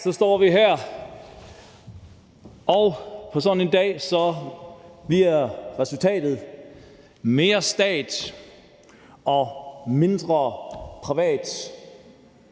Så står vi her på en dag, hvor resultatet bliver mere stat og mindre privat